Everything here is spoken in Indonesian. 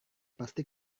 pasti